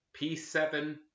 P7